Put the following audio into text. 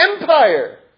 Empire